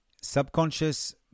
subconscious